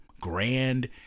grand